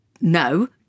no